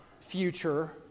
future